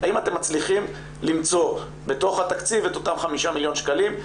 האם אתם מצליחים למצוא בתוך התקציב את אותם 5 מיליון שקלים.